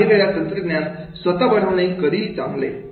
काहीवेळा तंत्रज्ञान स्वतः बनवणे कधी चांगले